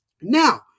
Now